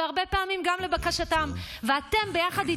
והרבה פעמים גם לבקשתם.